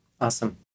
awesome